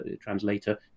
translator